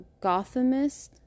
Gothamist